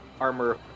armor